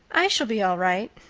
i shall be all right.